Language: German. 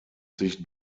sich